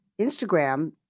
Instagram